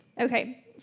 Okay